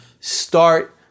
start